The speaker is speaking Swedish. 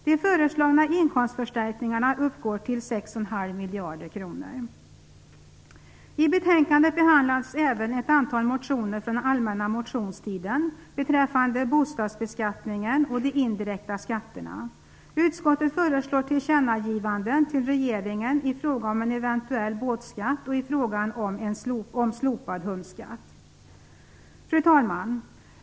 De föreslagna inkomstförstärkningarna uppgår till 6,5 miljarder kronor. I betänkandet behandlas även ett antal motioner från den allmänna motionstiden beträffande bostadsbeskattningen och de indirekta skatterna. Utskottet föreslår tillkännagivanden till regeringen i fråga om en eventuell båtskatt och i fråga om en slopad hundskatt. Fru talman!